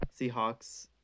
Seahawks